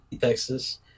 Texas